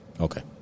Okay